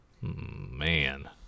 man